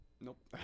nope